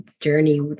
journey